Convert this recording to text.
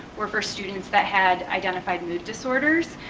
were for students that had identified mood disorders.